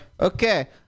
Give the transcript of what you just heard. Okay